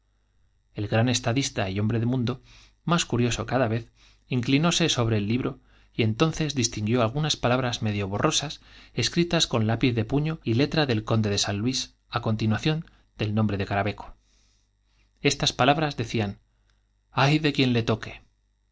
el gran estadista y hombre de mundo más curioso cada vez inclinóse sobre el libro y entonces distin borrosas escritas con guió algunas palabras medio de san luis á conti lápiz de puño y letra del conde nuación del nombre de caraveco estas palabras decían i ay de quien le toque